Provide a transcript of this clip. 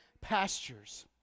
pastures